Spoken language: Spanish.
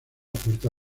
puerta